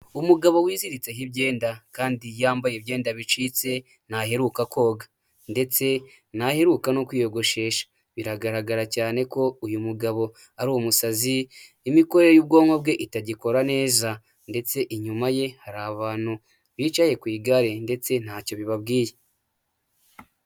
Umugabo wiziritseho ibyenda kandi yambaye ibyenda bicitse ntaheruka koga, ndetse naheruka no kwiyogoshesha. Biragaragara cyane ko uyu mugabo ari umusazi imikorere y'ubwonko bwe itagikora neza, ndetse inyuma ye hari abantu bicaye ku igare ndetse ntacyo bibabwiye.